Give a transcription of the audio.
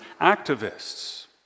activists